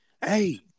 hey